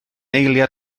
eiliad